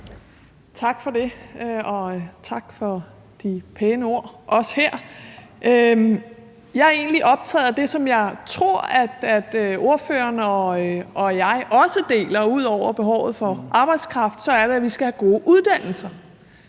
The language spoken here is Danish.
Tak for det, og tak for de pæne ord også her. Jeg er egentlig optaget af det, som jeg tror ordføreren og jeg også deler, altså ud over behovet for arbejdskraft, nemlig at vi skal have gode uddannelser,